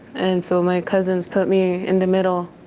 and so my cousins put me in the middle,